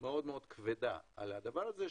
מאוד כבדה על הדבר הזה,